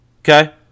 Okay